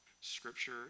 Scripture